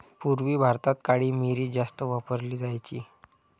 पूर्वी भारतात काळी मिरी जास्त वापरली जायची